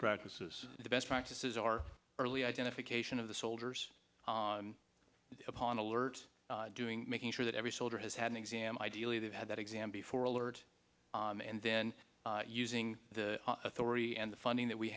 practices the best practices our early identification of the soldiers upon alert doing making sure that every soldier has had an exam ideally they've had that exam before alert and then using the authority and the funding that we